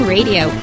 Radio